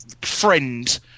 friend